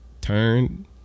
turn